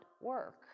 work